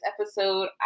episode